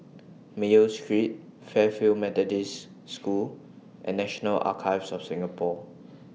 Mayo Street Fairfield Methodist School and National Archives of Singapore